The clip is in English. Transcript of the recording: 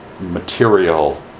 material